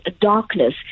darkness